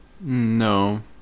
No